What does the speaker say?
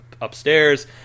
upstairs